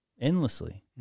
endlessly